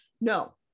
No